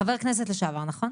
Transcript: חבר כנסת לשעבר, נכון?